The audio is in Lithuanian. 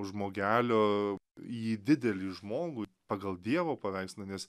žmogelio jį didelį žmogų pagal dievo paveikslą nes